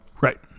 Right